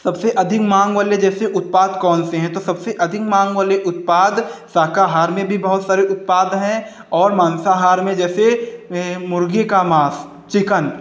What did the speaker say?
सबसे अधिक माँग वाले जैसे उत्पाद कौन से हैं तो सबसे अधिक माँग वाले उत्पाद शाकाहार में भी बहुत सारे उत्पाद हैं और मांसाहार में जैसे वे हैं मुर्गे का मांस चिकन